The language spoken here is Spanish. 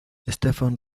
stefan